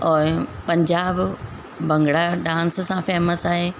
और पंजाब भंगड़ा डांस सां फेमस आहे